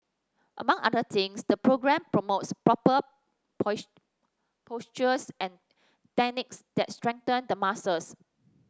among other things the programme promotes proper postures and techniques that strengthen the muscles